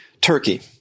Turkey